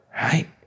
right